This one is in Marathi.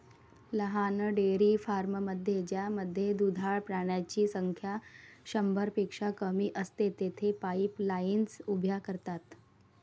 लहान डेअरी फार्ममध्ये ज्यामध्ये दुधाळ प्राण्यांची संख्या शंभरपेक्षा कमी असते, तेथे पाईपलाईन्स उभ्या करतात